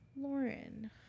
Lauren